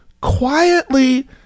quietly